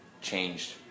changed